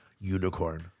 unicorn